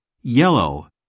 Yellow